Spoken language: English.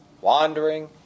wandering